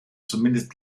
zumindest